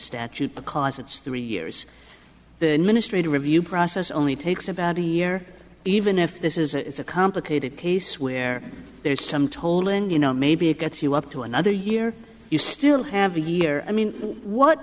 statute because it's three years the ministry to review process only takes about a year even if this is it's a complicated case where there's some toll and you know maybe it gets you up to another year you still have a year i mean what